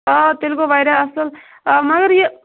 آ تیٚلہِ گوٚو واریاہ اَصٕل آ مگر یہِ